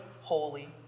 holy